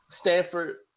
Stanford